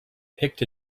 picked